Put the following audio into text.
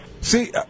see